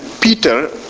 Peter